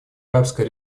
арабская